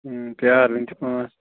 پیار وُنہِ چھِ پانٛژھ